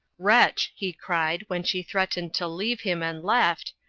wretch! he cried, when she threatened to leave him, and left,